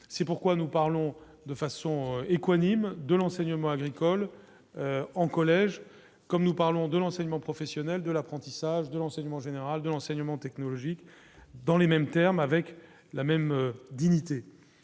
c'est pourquoi nous parlons de façon et de l'enseignement agricole en collège comme nous parlons de l'enseignement professionnel de l'apprentissage de l'enseignement général de l'enseignement technologique dans les mêmes termes, avec la même dignité